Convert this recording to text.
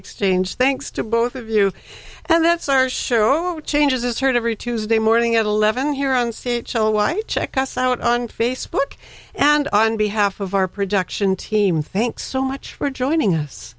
exchange thanks to both of you and that's our show changes its turn every tuesday morning at eleven here on the white check us out on facebook and on behalf of our production team thanks so much for joining us